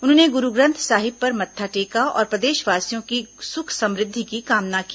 उन्होंने गुरू ग्रंथ साहिब पर मत्था टेका और प्रदेशवासियों की सुख समृद्धि की कामना की